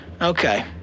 Okay